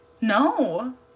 no